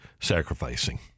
sacrificing